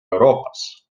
euroopas